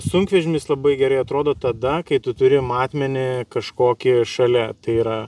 sunkvežimis labai gerai atrodo tada kai tu turi matmenį kažkokį šalia tai yra